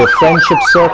ah friendship so